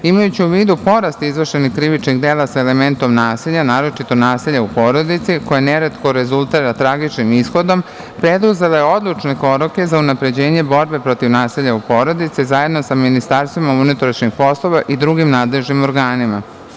Imajući u vidu porast izvršenih krivičnih dela sa elementom nasilja, naročito nasilja u porodici, koja neretko rezultira tragičnim ishodom, preduzela je odlučne korake za unapređenje borbe protiv nasilja u porodici, zajedno sa ministarstvima unutrašnjih poslova i drugim nadležnim organima.